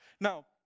Now